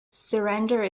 surrender